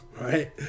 right